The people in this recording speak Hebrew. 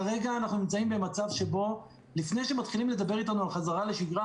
כרגע אנחנו נמצאים במצב שבו לפני שמתחילים לדבר איתנו על חזרה לשגרה